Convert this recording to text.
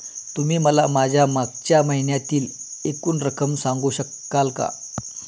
तुम्ही मला माझ्या मागच्या महिन्यातील एकूण रक्कम सांगू शकाल का?